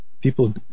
people